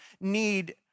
need